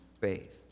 faith